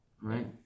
Right